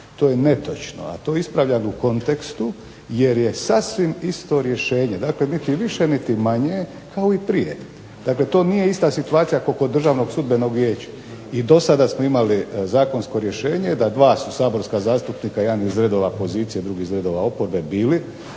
To je netočno, a to ispravljam u kontekstu jer je sasvim isto rješenje, dakle niti više niti manje kao i prije. Dakle, to nije ista situacija kao kod Državnog sudbenog vijeća. I do sada smo imali zakonsko rješenje da dva su saborska zastupnika, jedan iz redova pozicije, drugi iz redova oporbe, bili